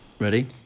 Ready